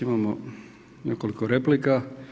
Imamo nekoliko replika.